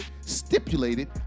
stipulated